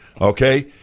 okay